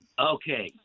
Okay